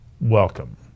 welcome